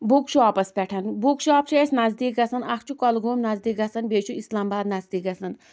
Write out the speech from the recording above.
book shops پٮ۪ٹھ book shop چھُ اَسہِ نَزدیٖک گژھان اَکھ چھُ کۄلگوم نزدیٖک گژھان بیٚیہِ چھُ اِسلام آباد نَزدیٖک گژھان